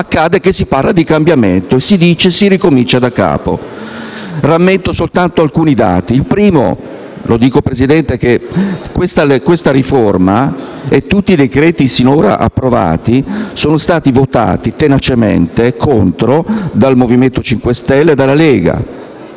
accade che si parla di cambiamento e si dice si ricomincia daccapo. Rammento soltanto alcuni dati: il primo, Presidente, è che questa riforma e tutti i decreti sinora approvati hanno avuto il voto tenacemente contrario del MoVimento 5 Stelle e dalla Lega.